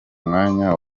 mwanya